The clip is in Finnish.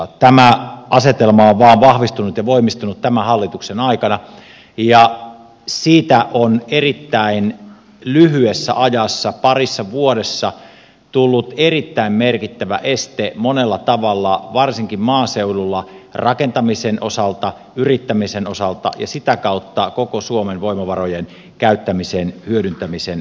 tämä asetelma on vain vahvistunut ja voimistunut tämän hallituksen aikana ja siitä on erittäin lyhyessä ajassa parissa vuodessa tullut erittäin merkittävä este monella tavalla varsinkin maaseudulla rakentamisen osalta yrittämisen osalta ja sitä kautta koko suomen voimavarojen käyttämisen hyödyntämisen osalta